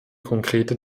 konkrete